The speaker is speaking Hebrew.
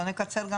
אז בוא נקצר גם